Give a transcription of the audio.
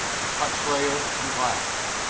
the touch layer and glass.